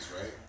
right